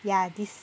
ya this